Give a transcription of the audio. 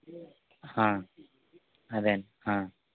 అదేండి